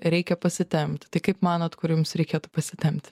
reikia pasitempti tai kaip manot kur jums reikėtų pasitempti